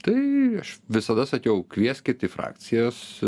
tai aš visada sakiau kvieskit į frakcijas